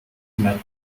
met